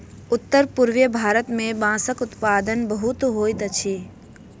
उत्तर पूर्वीय भारत मे बांसक उत्पादन बहुत होइत अछि